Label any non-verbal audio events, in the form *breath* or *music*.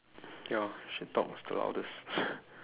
ya she talks the loudest *breath*